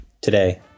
today